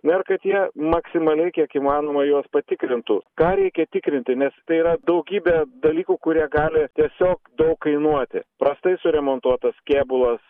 na ir kad jie maksimaliai kiek įmanoma juos patikrintų ką reikia tikrinti nes tai yra daugybė dalykų kurie gali tiesiog daug kainuoti prastai suremontuotas kėbulas